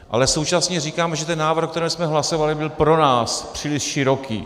Ale současně říkám, že ten návrh, o kterém jsme hlasovali, byl pro nás příliš široký.